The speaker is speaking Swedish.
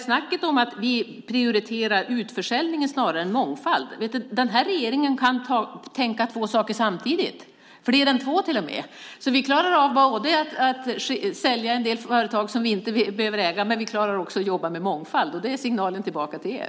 Snacket om att vi prioriterar utförsäljning snarare än mångfald: Den här regeringen kan tänka två saker samtidigt, till och med fler än två, så vi klarar av både att sälja en del företag som vi inte behöver äga och att jobba med mångfald. Det är signalen tillbaka till er.